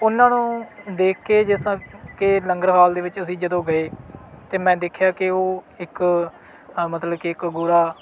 ਉਨ੍ਹਾਂ ਨੂੰ ਦੇਖ ਕੇ ਜਿਸ ਤਰ੍ਹਾਂ ਕਿ ਲੰਗਰ ਹਾਲ ਦੇ ਵਿੱਚ ਅਸੀਂ ਜਦੋਂ ਗਏ ਅਤੇ ਮੈਂ ਦੇਖਿਆ ਕਿ ਉਹ ਇੱਕ ਮਤਲਬ ਕਿ ਇੱਕ ਗੋਰਾ